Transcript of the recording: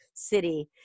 city